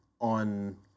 on